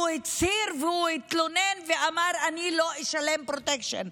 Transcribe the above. הוא הצהיר והוא התלונן ואמר: אני לא אשלם פרוטקשן.